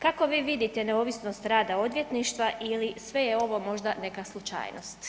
Kako vi vidite neovisnost rada odvjetništva ili sve je ovo možda neka slučajnost?